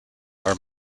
are